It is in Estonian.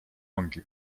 ongi